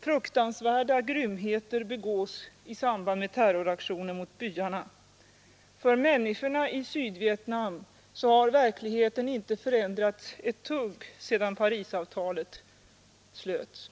Fruktansvärda grymheter begås i sam band med terroraktioner mot byarna. För människorna i Sydvietnam har verkligheten inte förändrats ett dugg sedan Parisavtalet slöts.